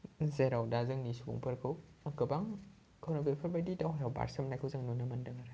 जेराव दा जोंनि समफोरखौ गोबां खौरांगिरिफोरबायदि दावहायाव बारसोमनायखौ जों नुनो मोन्दों आरो